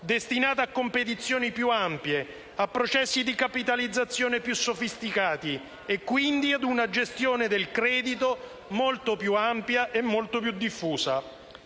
destinata a competizioni più ampie, a processi di capitalizzazione più sofisticati e, quindi, ad una gestione del credito molto più ampia e diffusa.